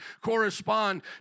correspond